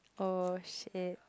oh shit